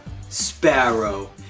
Sparrow